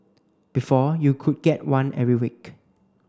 before you could get one every week